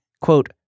quote